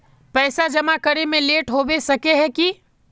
पैसा जमा करे में लेट होबे सके है की?